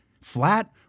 Flat